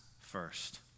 first